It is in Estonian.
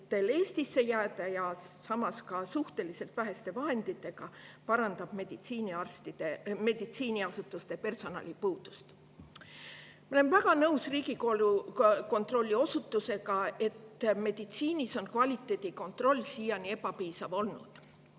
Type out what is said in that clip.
Eestisse jääda ja samas ka suhteliselt väheste vahenditega parandab meditsiiniasutuste personalipuudust. Ma olen väga nõus Riigikontrolli osutusega, et meditsiinis on kvaliteedikontroll siiani ebapiisav olnud.